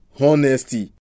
honesty